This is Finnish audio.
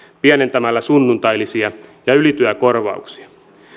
pienentämällä sunnuntailisiä ja ylityökorvauksia